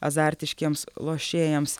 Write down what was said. azartiškiems lošėjams